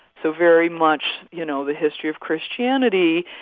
so very much, you know, the history of christianity,